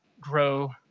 grow